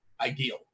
ideal